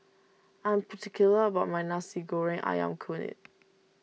I am particular about my Nasi Goreng Ayam Kunyit